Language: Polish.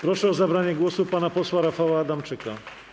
Proszę o zabranie głosu pana posła Rafała Adamczyka.